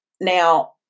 Now